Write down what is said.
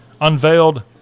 unveiled